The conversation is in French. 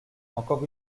encore